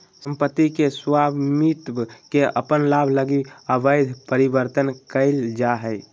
सम्पत्ति के स्वामित्व के अपन लाभ लगी अवैध परिवर्तन कइल जा हइ